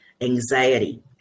Anxiety